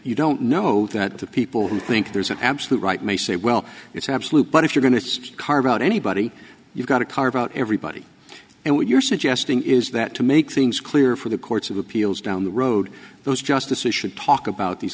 you don't know that the people who think there's an absolute right may say well it's an absolute but if you're going to carve out anybody you've got to carve out everybody and what you're suggesting is that to make things clear for the courts of appeals down the road those justices should talk about these